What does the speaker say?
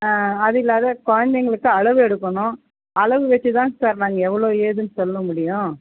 அது இல்லாத குழந்தைங்களுக்கு அளவு எடுக்கணும் அளவு வச்சி தான் சார் நாங்கள் எவ்வளோ ஏதுன்னு சொல்ல முடியும்